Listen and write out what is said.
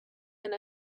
and